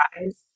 eyes